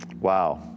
Wow